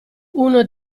uno